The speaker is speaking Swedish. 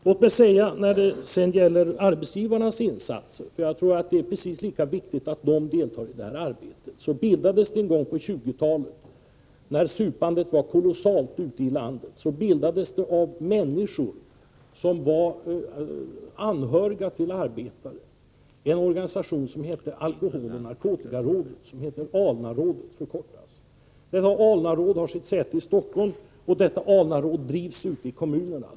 Låt mig sedan beröra arbetsgivarnas insatser. Jag tror nämligen att det är precis lika viktigt att de deltar i det här arbetet. Någon gång på 20-talet, då det var ett kolossalt supande ute i landet, bildades det av olika människor, bl.a. anhöriga till arbetare, en organisation som heter Alkoholoch narkotikarådet, ALNA-rådet. Detta ALNA-råd har sitt säte i Stockholm och driver sin verksamhet ute i kommunerna.